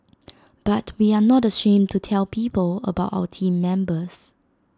but we are not ashamed to tell people about our Team Members